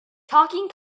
talking